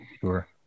Sure